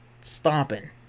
Stomping